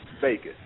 Vegas